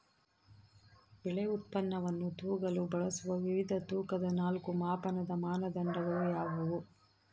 ಬೆಳೆ ಉತ್ಪನ್ನವನ್ನು ತೂಗಲು ಬಳಸುವ ವಿವಿಧ ತೂಕದ ನಾಲ್ಕು ಮಾಪನದ ಮಾನದಂಡಗಳು ಯಾವುವು?